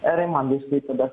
raimonda iš klaipėdos